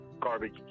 garbage